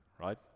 right